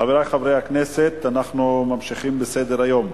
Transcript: חברי חברי הכנסת, אנחנו ממשיכים בסדר-היום: